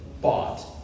bought